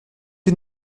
est